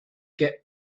get